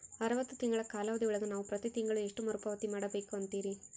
ಅರವತ್ತು ತಿಂಗಳ ಕಾಲಾವಧಿ ಒಳಗ ನಾವು ಪ್ರತಿ ತಿಂಗಳು ಎಷ್ಟು ಮರುಪಾವತಿ ಮಾಡಬೇಕು ಅಂತೇರಿ?